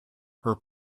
her